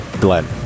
GLEN